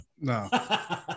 No